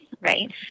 right